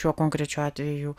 šiuo konkrečiu atveju